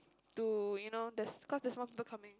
to you know there's cause there's more people coming